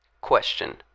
Question